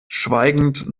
schweigend